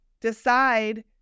decide